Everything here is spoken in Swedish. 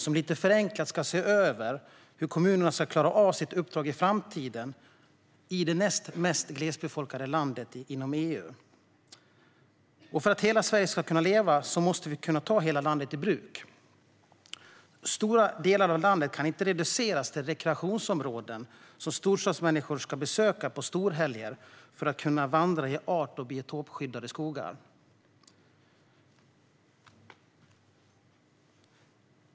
Vi ska, lite förenklat, se över hur kommunerna ska klara av sitt uppdrag i framtiden, i det näst mest glesbefolkade landet i EU. För att hela Sverige ska kunna leva måste vi kunna ta hela landet i bruk. Stora delar av landet kan inte reduceras till rekreationsområden som storstadsmänniskor ska besöka under storhelger då man vill kunna vandra i art och biotopskyddade skogar.